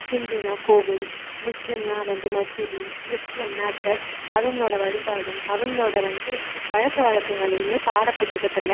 ஹிந்துன்னா கோவில் முஸ்லீம்னா வந்து மசூதி கிறிஸ்டியம்னா சர்ச் அவங்களோட வழிபாடும் அவங்களோட வந்து பழக்க வழக்கங்களையுமே பாடப்புத்தகத்தில்